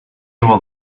while